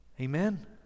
Amen